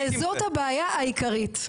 וזאת הבעיה העיקרית,